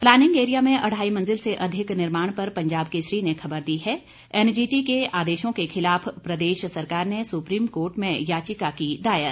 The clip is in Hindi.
प्लांनिंग एरिया में अढ़ाई मंजिल से अधिक निर्माण पर पंजाब केसरी ने खबर दी है एनजीटी के आदेशों के खिलाफ प्रदेश सरकार ने सुप्रीम कोर्ट में याचिका की दायर